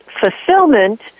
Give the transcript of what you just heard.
Fulfillment